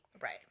Right